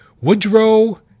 Woodrow